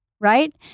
right